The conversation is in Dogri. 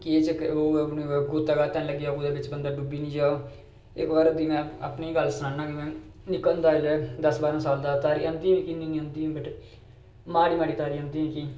केह् चक्कर कुदै गोता गाता निं लगी जा कुदै बंदा डुब्बी निं जा इक बारी में अपनी गल्ल सनाना कि में निक्का होंदा जेल्लै दस बारां साल दा हा ते मिं इन्नी निं औंदी ही बट माड़ी माड़ी तारी औंदी ही